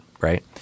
right